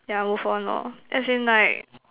yeah move on lor as in like